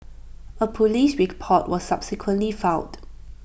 A Police report was subsequently filed